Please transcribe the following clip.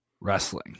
wrestling